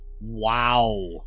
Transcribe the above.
Wow